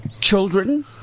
Children